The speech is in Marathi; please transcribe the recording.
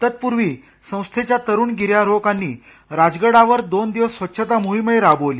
तत्पूर्वी तरुण गिर्यारोहकांनी राजगडावर दोन दिवस स्वच्छता मोहिमही राबविली